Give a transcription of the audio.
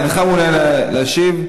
אינך מעוניין להשיב?